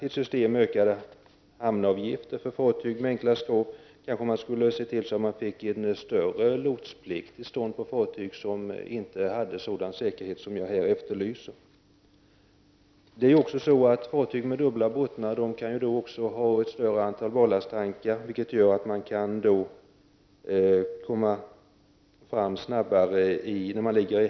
Ett system med höjda hamnavgifter för fartyg med enklare skrov eller en utökad lotsplikt för fartyg som saknar den säkerhet som jag efterlyser kunde kanske vara något. Fartyg med dubbla bottnar kan ju ha ett större antal ballasttankar. På det sättet kan arbetet gå snabbare i hamn.